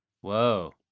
Whoa